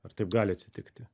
ar taip gali atsitikti